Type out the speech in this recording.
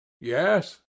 yes